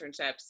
internships